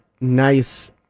nice